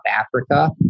Africa